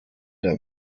der